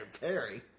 Perry